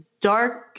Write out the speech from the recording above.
dark